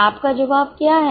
आपका जवाब क्या है